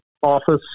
Office